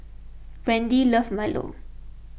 Brandie loves Milo